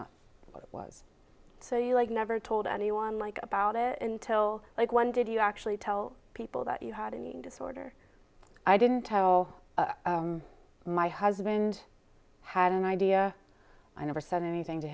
not what was so you like never told anyone like about it until like one did you actually tell people that you had an eating disorder i didn't tell my husband had an idea i never said anything to